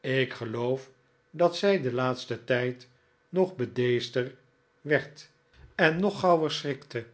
ik geloof dat zij den laatsten tijd nog bedeesder werd en nog gauwer schrikte